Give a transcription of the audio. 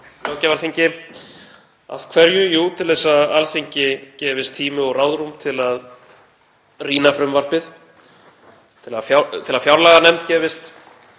Af hverju? Jú, til að Alþingi gefist tími og ráðrúm til að rýna frumvarpið, til að fjárlaganefnd gefist